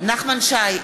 נחמן שי,